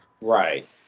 Right